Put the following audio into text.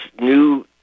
new